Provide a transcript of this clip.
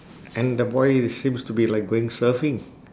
and the boy it seems to be like going surfing